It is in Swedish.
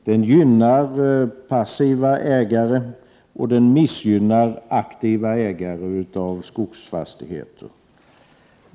Den gynnar passiva ägare och missgynnar aktiva ägare av skogsfastigheter.